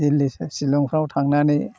दिल्लीसे शिलंफ्राव थांनानै